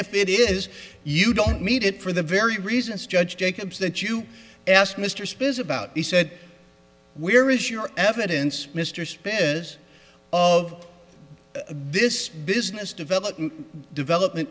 if it is you don't need it for the very reasons judge jacobs that you asked mr spears about he said where is your evidence mr spann is of this business development development